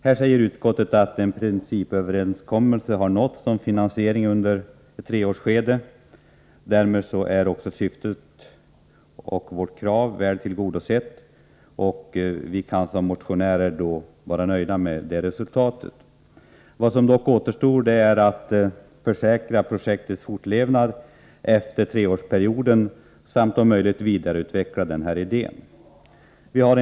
Här säger utskottet att en principöverenskommelse nåtts om finansieringen för en treårsperiod. Därmed är vårt krav väl tillgodosett. Vi motionärer är således nöjda. Vad som dock återstår är att försäkra projektets fortlevnad efter nämnda treårsperiod samt att, om möjligt, vidareutveckla idén i fråga.